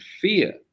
fear